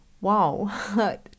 Wow